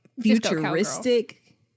futuristic